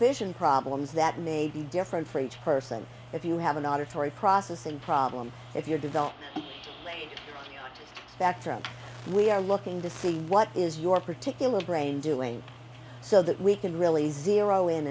vision problems that may be different for each person if you have an auditory processing problem if you're developing background we are looking to see what is your particular brain doing so that we can really zero in